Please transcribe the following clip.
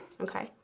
Okay